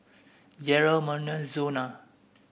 Jerrel Merna Zona